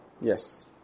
Yes